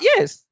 Yes